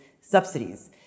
subsidies